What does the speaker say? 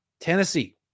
Tennessee